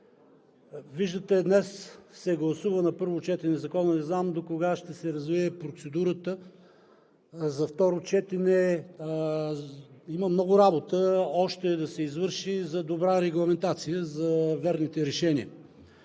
Виждате, че днес се гласува Законопроектът на първо четене. Не знам докога ще се развие процедурата за второ четене. Има още много работа да се извърши за добра регламентация, за верните решения.